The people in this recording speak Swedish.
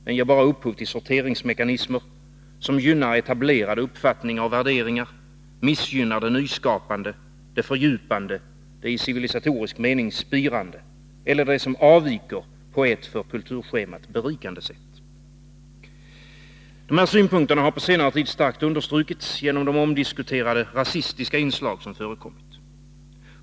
Den ger bara upphov till sorteringsmekanismer, som gynnar etablerade uppfattningar och värderingar och missgynnar det nyskapande, det fördjupande, det i civilisatorisk mening spirande eller det som avviker på ett för kulturschemat berikande sätt. 115 Dessa synpunkter har på senare tid starkt understrukits genom de omdiskuterade rasistiska inslag som förekommit.